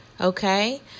okay